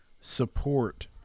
support